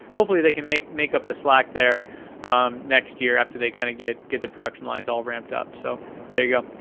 hopefully they can make make up the slack there next year after they kind of get get the production lines all ramped up. so there you go.